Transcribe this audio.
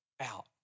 out